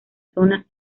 zona